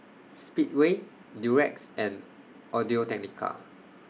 Speedway Durex and Audio Technica